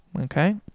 okay